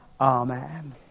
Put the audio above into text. amen